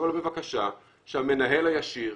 אבל בבקשה שהמנהל הישיר,